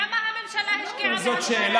תגיד לי, כמה הממשלה השקיעה בהסברה?